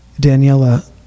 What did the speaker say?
Daniela